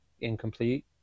incomplete